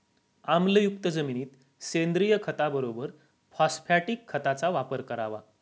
आम्लयुक्त जमिनीत सेंद्रिय खताबरोबर फॉस्फॅटिक खताचा वापर करावा